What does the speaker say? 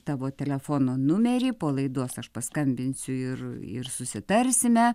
tavo telefono numerį po laidos aš paskambinsiu ir ir susitarsime